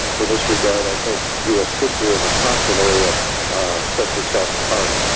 in this regard, i think u s. history as a content area sets itself apart.